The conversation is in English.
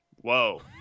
Whoa